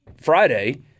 Friday